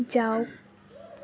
যাওক